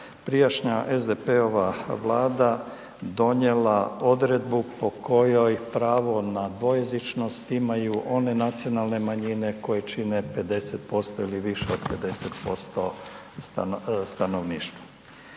prijašnja SDP-ova Vlada donijela odredbu po kojoj pravo na dvojezičnost imaju one nacionalne manjine koje čine 50% ili više od 50% stanovništva.